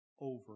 over